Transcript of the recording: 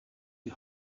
die